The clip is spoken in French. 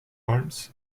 holmes